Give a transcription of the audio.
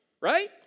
right